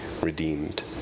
redeemed